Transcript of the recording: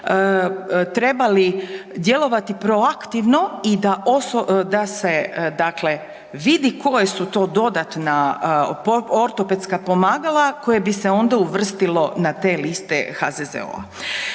trebali djelovati proaktivno i da se dakle vidi koje su to dodatna ortopedska pomagala koje bi se onda uvrstilo na te liste HZZO-a.